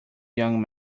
young